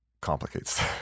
complicates